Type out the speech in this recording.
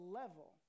level